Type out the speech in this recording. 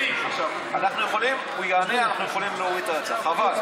אני מציע לך הצעה נדיבה, של חבר.